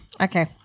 Okay